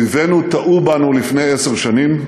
אויבינו טעו בנו לפני עשר שנים,